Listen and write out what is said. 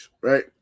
right